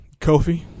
Kofi